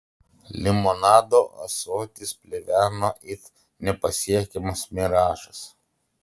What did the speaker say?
limonado ąsotis pleveno it nepasiekiamas miražas